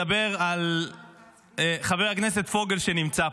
אז אני אדבר על חבר הכנסת פוגל שנמצא פה.